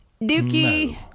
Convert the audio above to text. Dookie